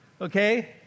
okay